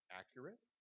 accurate